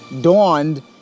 dawned